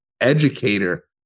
educator